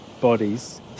bodies